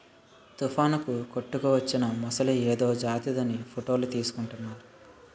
తుఫానుకు కొట్టుకువచ్చిన మొసలి ఏదో జాతిదని ఫోటోలు తీసుకుంటున్నారు